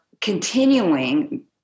continuing